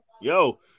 Yo